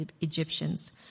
Egyptians